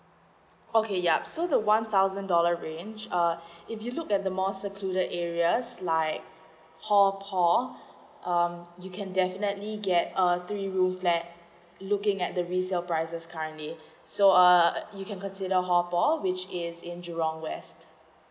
okay yap so the one thousand dollar range uh if you look at the more secluded areas like hall hall um you can definitely get err three room flat looking at the resales prices kindly so uh you can consider hall paul which is in jurong west